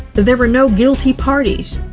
there were no guilty parties.